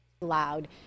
Loud